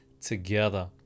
together